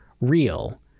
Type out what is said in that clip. real